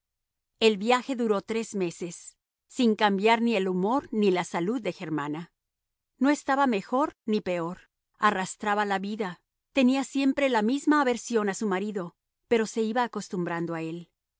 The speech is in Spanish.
el viaje duró tres meses sin cambiar ni el humor ni la salud de germana no estaba mejor ni peor arrastraba la vida tenía siempre la misma aversión a su marido pero se iba acostumbrando a él